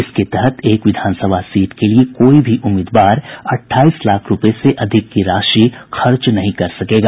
इसके तहत एक विधान सभा सीट के लिये कोई भी उम्मीदवार अट्ठाईस लाख रूपये से अधिक की राशि खर्च नहीं कर सकेगा